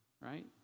Right